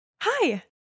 Hi